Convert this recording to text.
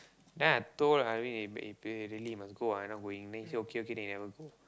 then I told Naveen eh eh really must go ah I not going then he say okay okay then he never go